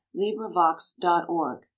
LibriVox.org